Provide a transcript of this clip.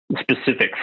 specific